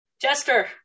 Jester